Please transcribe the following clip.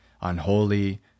unholy